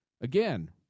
Again